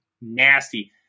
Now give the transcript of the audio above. nasty